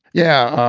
yeah.